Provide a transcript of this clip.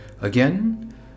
Again